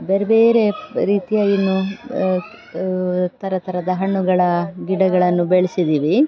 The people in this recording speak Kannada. ಬೇರೆ ಬೇರೆ ರೀತಿಯ ಏನು ಥರ ಥರದ ಹಣ್ಣುಗಳ ಗಿಡಗಳನ್ನು ಬೆಳೆಸಿದ್ದೀವಿ